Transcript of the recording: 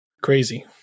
Crazy